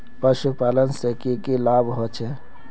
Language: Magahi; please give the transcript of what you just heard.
पशुपालन से की की लाभ होचे?